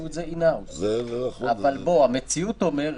אם הייתה הצעה קונקרטית לגבי משהו שניתן לוותר